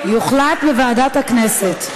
יוחלט בוועדת הכנסת.